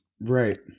right